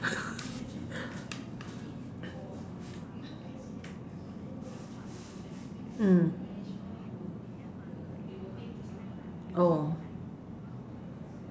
mm oh